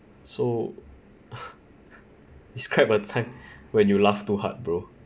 so describe a time when you laugh too hard bro